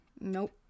Nope